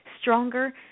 stronger